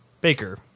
Baker